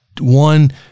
one